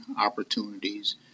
opportunities